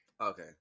Okay